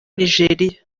nigeria